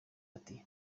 ati